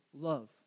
love